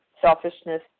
selfishness